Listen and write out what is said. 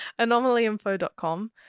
Anomalyinfo.com